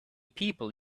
people